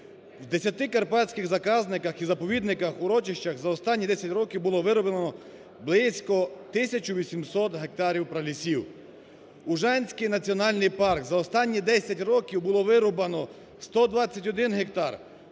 карпатських заказниках і заповідниках, урочищах за останні 10 років було вирубано близько тисячу 800 гектарів пралісів. Ужанський національний парк: за останні 10 років було вирубано 121 гектар.